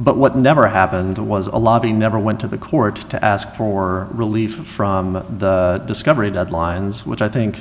but what never happened was a lobby never went to the court to ask for relief from the discovery deadlines which i think